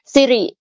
Siri